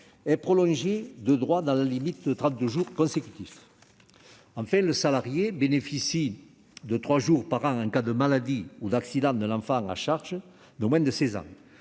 est prolongée de droit dans la limite de trente-deux jours consécutifs. Enfin, le salarié bénéficie de trois jours par an en cas de maladie ou d'accident de l'enfant à charge de moins de seize ans.